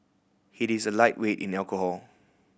he is a lightweight in alcohol